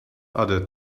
other